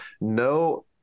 No